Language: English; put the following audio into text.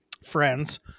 friends